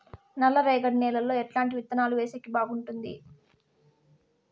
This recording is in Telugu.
నల్లరేగడి నేలలో ఎట్లాంటి విత్తనాలు వేసేకి బాగుంటుంది?